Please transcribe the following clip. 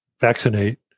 vaccinate